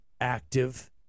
active